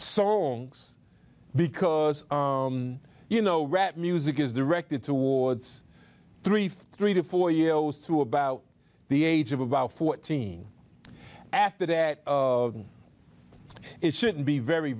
songs because you know rap music is directed towards three ft three to four year olds to about the age of about fourteen after that it shouldn't be very